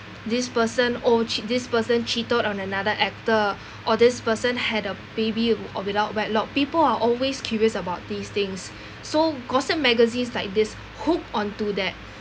this person oh ch~ this person cheated on another actor or this person had a baby w~ or without wedlock people are always curious about these things so gossip magazines like this hook onto that